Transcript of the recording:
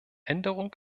änderung